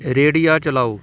ਰੇਡੀਆ ਚਲਾਓ